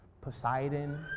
Poseidon